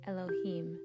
Elohim